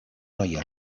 noia